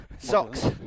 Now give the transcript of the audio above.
Socks